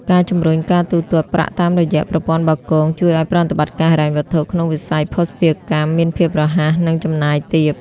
ការជំរុញការទូទាត់ប្រាក់តាមរយៈ "ប្រព័ន្ធបាគង" ជួយឱ្យប្រតិបត្តិការហិរញ្ញវត្ថុក្នុងវិស័យភស្តុភារកម្មមានភាពរហ័ស និងចំណាយទាប។